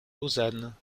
lausanne